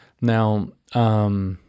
Now